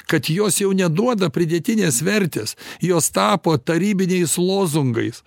kad jos jau neduoda pridėtinės vertės jos tapo tarybiniais lozungais